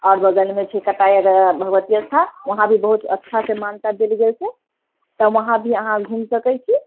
आओर बगलमे छै कटाइ अगरा भगवती स्थान वहाँ भी बहुत अच्छा से मानता देल गेल छै तऽ वहाँ भी आहाँ घुमि सकैत छी